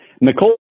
Nicole